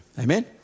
Amen